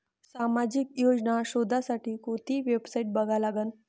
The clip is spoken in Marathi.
सामाजिक योजना शोधासाठी कोंती वेबसाईट बघा लागन?